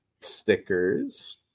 stickers